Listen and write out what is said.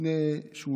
לפני שהוא